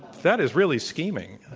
that is really scheming.